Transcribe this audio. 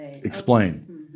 explain